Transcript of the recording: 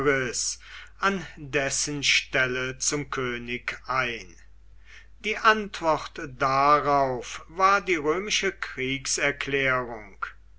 an dessen stelle zum könig ein die antwort darauf war die römische kriegserklärung